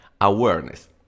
awareness